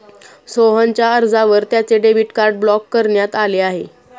सोहनच्या अर्जावर त्याचे डेबिट कार्ड ब्लॉक करण्यात आले आहे